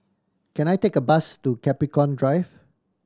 can I take a bus to Capricorn Drive